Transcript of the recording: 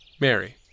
Mary